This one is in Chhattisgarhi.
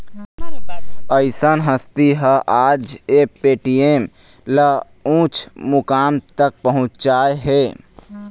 अइसन हस्ती ह आज ये पेटीएम ल उँच मुकाम तक पहुचाय हे